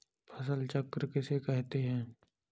फसल चक्र किसे कहते हैं?